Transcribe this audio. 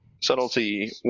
Subtlety